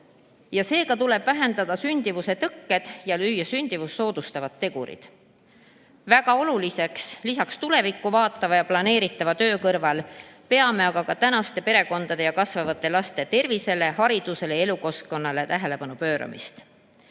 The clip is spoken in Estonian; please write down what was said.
Seega tuleb vähendada sündimuse tõkkeid ja luua sündimust soodustavad tegurid. Väga oluliseks peame lisaks tulevikku vaatava ja planeeritava töö kõrval ka tänaste perekondade ja kasvavate laste tervisele, haridusele ja elukeskkonnale tähelepanu pööramist.